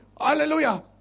Hallelujah